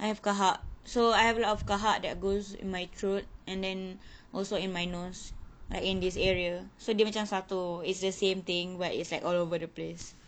I have kahak so I have a lot of kahak that goes in my throat and then also in my nose like in this area so dia macam satu it's the same thing where it's like all over the place